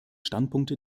standpunkte